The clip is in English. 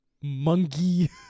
Monkey